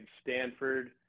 Stanford